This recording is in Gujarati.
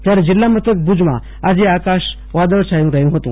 જયારે જીલ્લા મથક ભુજમાં આજે આકાશ વાદળછાયું રહ્યું હતું